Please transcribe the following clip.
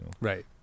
Right